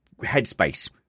Headspace